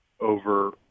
over